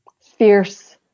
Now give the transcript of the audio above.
fierce